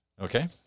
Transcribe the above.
Okay